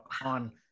on